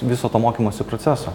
viso to mokymosi proceso